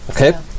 Okay